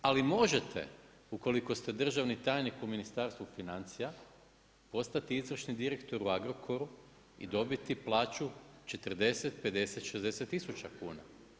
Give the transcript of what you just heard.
Ali možete ukoliko ste državni tajnik u Ministarstvu financija postati izvršni direktor u Agrokoru i dobiti plaću 40, 50, 60000 kuna.